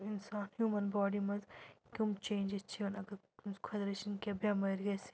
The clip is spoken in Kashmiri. اِنسان ہیوٗمَن باڈی منٛز کٕم چینٛجِز چھِ یِوان اگر تٔمِس خۄدا رٔچھِن کیٚنٛہہ بیٚمٲرۍ گَژھہِ